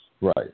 Right